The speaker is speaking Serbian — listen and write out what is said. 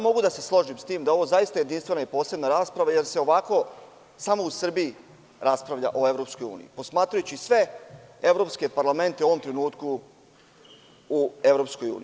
Mogu da se složim s tim da je ovo zaista jedinstvena i posebna rasprava, jer se ovako samo u Srbiji raspravlja o EU, posmatrajući sve evropske parlamente u ovom trenutku u EU.